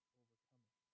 overcoming